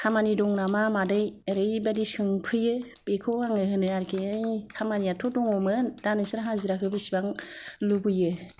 खामानि दं नामा मादै ओरैबादि सोंफैयो बेखौ आङो होनो आरोखि ओइ खामानियाथ' दङमोन दा नोंसोरो हाजिराखौ बिसिबां लुबोयो